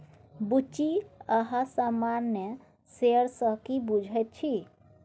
बुच्ची अहाँ सामान्य शेयर सँ की बुझैत छी?